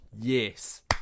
yes